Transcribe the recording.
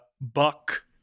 buck